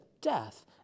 death